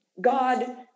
God